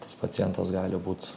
tas pacientas gali būt